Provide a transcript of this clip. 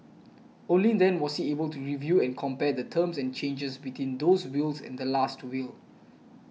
only then was he able to review and compare the terms and changes between those wills and the Last Will